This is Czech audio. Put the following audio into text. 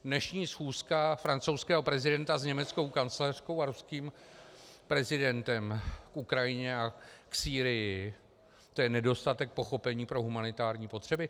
Dnešní schůzka francouzského prezidenta s německou kancléřkou a ruským prezidentem k Ukrajině a k Sýrii, to je nedostatek pochopení pro humanitární potřeby?